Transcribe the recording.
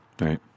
right